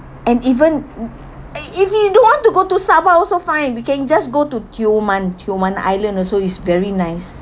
and even mm and if you don't want to go to sabah also fine we can just go to tioman tioman island also is very nice